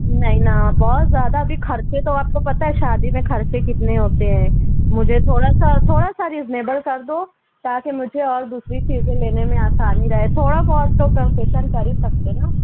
نہیں نا بہت زیادہ بھی خرچے تو آپ کو پتہ ہے شادی میں خرچے کتنے ہوتے ہیں مجھے تھوڑا سا تھوڑا سا ریزنیبل کردو تاکہ مجھے اور دوسری چیزیں لینے میں آسانی رہے تھوڑا بہت تو کنسیشن کر ہی سکتے ہو نا